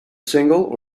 single